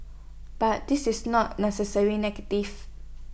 but this is not necessary negative